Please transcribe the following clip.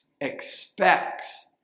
expects